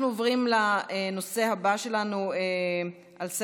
אנחנו עוברים לנושא הבא שלנו בסדר-היום,